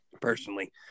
personally